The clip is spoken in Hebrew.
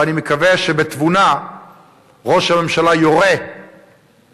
ואני מקווה שבתבונה ראש הממשלה יורה לקחת,